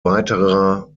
weiterer